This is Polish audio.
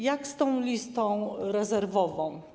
Jak z tą listą rezerwową?